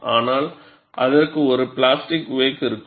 ஆனால் அதற்கு ஒரு பிளாஸ்டிக் வேக் இருக்கும்